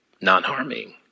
non-harming